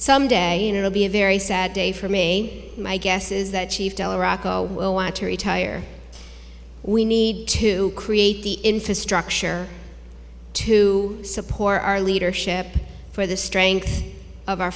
someday and it will be a very sad day for me my guess is that she fell rocco will want to retire we need to create the infrastructure to support our leadership for the strength of our